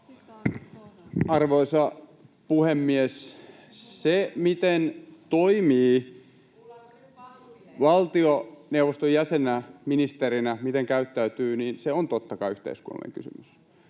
Arvoisa puhemies! Se, miten toimii valtioneuvoston jäsenenä, ministerinä, miten käyttäytyy, on totta kai yhteiskunnallinen kysymys.